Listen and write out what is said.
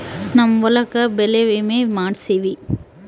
ನಮ್ ಹೊಲಕ ಬೆಳೆ ವಿಮೆ ಮಾಡ್ಸೇವಿ